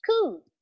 Cool